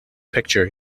picture